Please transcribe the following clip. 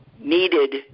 needed